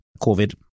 COVID